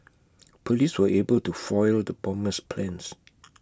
Police were able to foil the bomber's plans